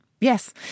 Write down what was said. yes